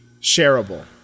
shareable